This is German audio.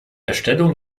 erstellung